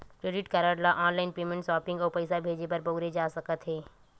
credit card ल online payment, shopping अउ पइसा भेजे बर बउरे जा सकत हे